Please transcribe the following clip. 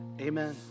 amen